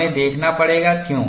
हमें देखना पड़ेगा क्यों